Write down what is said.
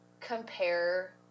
compare